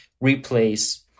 replace